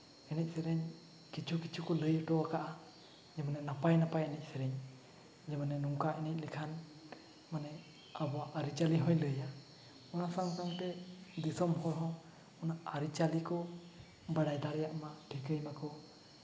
ᱮᱱᱮᱡ ᱥᱮᱨᱮᱧ ᱠᱤᱪᱷᱩ ᱠᱤᱪᱷᱩ ᱠᱚ ᱞᱟᱹᱭ ᱦᱚᱴᱚ ᱟᱠᱟᱫᱼᱟ ᱡᱮᱢᱚᱱ ᱱᱟᱯᱟᱭ ᱱᱟᱯᱟᱭ ᱮᱱᱮᱡ ᱥᱮᱨᱮᱧ ᱢᱟᱱᱮ ᱱᱚᱝᱠᱟ ᱮᱱᱮᱡ ᱞᱮᱠᱷᱟᱱ ᱢᱟᱱᱮ ᱟᱵᱚᱣᱟᱜ ᱟᱹᱨᱤᱪᱟᱹᱞᱤ ᱦᱚᱭ ᱞᱟᱹᱭᱟ ᱚᱱᱟ ᱥᱟᱶ ᱥᱟᱶᱛᱮ ᱫᱤᱥᱚᱢ ᱦᱚᱲ ᱦᱚᱸ ᱚᱱᱟ ᱟᱹᱨᱤᱪᱟᱹᱞᱤ ᱠᱚ ᱵᱟᱲᱟᱭ ᱫᱟᱲᱮᱭᱟᱜ ᱢᱟ ᱴᱷᱤᱠᱟᱹᱭ ᱢᱟᱠᱚ